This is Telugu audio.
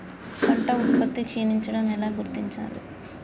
పంట ఉత్పత్తి క్షీణించడం ఎలా గుర్తించాలి?